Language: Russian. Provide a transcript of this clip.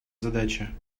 задачи